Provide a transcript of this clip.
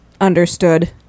understood